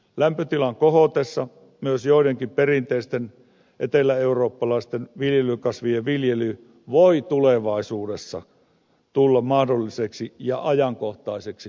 lämpötilan kohotessa myös joidenkin perinteisten eteläeurooppalaisten viljelykasvien viljely voi tulevaisuudessa tulla mahdolliseksi ja ajankohtaiseksi myös suomessa